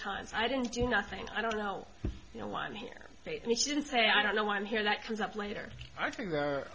times i didn't do nothing i don't know you know why i'm here and he didn't say i don't know why i'm here that comes up later i think